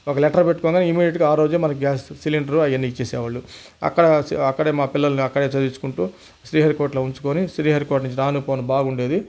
ఒక లెటర్ పెట్టుకొని ఇమిడియట్గా ఆ రోజే సిలిండర్ గ్యాస్ అవన్నీ ఇచ్చేవాళ్ళు అక్కడ అక్కడే మా పిల్లల్ని అక్కడే చదివించుకుంటూ శ్రీహరికోటలో ఉంచుకొని శ్రీహరికోటని రాను పొను బాగుండేది